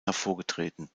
hervorgetreten